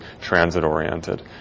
transit-oriented